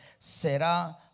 será